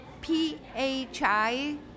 p-h-i